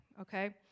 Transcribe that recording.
Okay